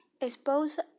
expose